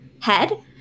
head